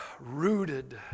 Rooted